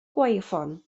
gwaywffon